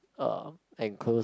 uh enclosed